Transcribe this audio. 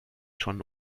schon